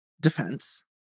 defense